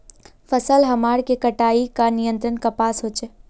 फसल हमार के कटाई का नियंत्रण कपास होचे?